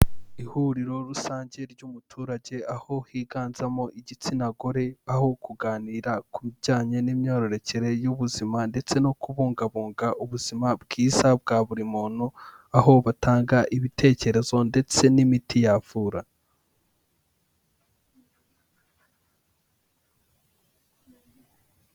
Ihuriro rusange ry'umuturage aho higanzamo igitsina gore aho kuganira ku bijyanye n'imyororokere y'ubuzima ndetse no kubungabunga ubuzima bwiza bwa buri muntu, aho batanga ibitekerezo ndetse n'imiti yavura.